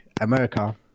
America